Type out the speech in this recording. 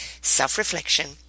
self-reflection